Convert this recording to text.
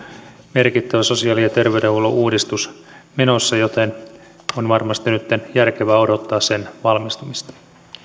merkittävä sosiaali ja terveydenhuollon uudistus menossa joten on varmasti nyt järkevää odottaa sen valmistumista